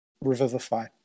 revivify